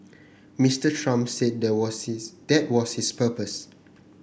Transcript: Mister Trump said that was his that was his purpose